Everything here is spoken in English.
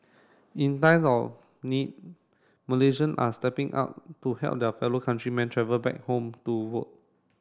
in times of need Malaysian are stepping up to help their fellow countrymen travel back home to vote